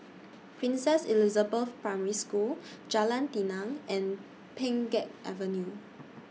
Princess Elizabeth Primary School Jalan Tenang and Pheng Geck Avenue